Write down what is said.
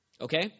Okay